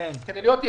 כדי להיות יעילים.